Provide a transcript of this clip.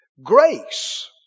Grace